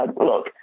look